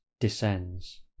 Descends